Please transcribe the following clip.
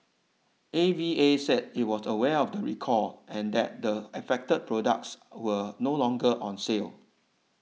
A V A said it was aware of the recall and that the affected products were no longer on sale